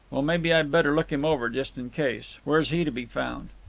well, maybe i'd better look him over, just in case. where's he to be found?